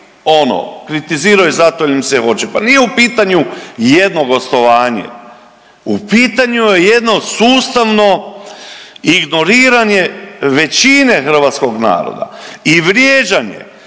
ono kritiziraju zato jer im se hoće. Pa nije u pitanju jedno gostovanje, u pitanju je jedno sustavno ignoriranje većine hrvatskog naroda i vrijeđanje